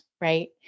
right